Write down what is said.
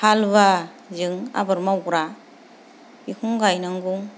हालुवा जों आबाद मावग्रा बेखौनो गायनांगौ